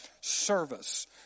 service